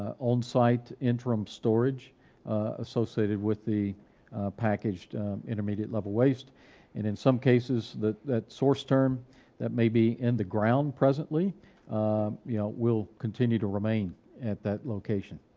ah onsite interim storage associated with the packaged intermediate level waste, and in some cases that that source term that may be in the ground presently you know, will continue to remain at that location.